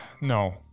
no